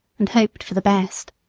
and hoped for the best.